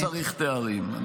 לא צריך תארים.